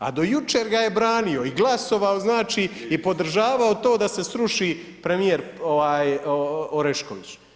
A do jučer ga je branio i glasovao znači i podržavao to da se sruši premijer Orešković.